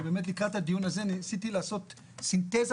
לקראת הדיון הזה ניסיתי לעשות סינתזה